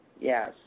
Yes